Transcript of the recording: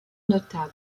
notable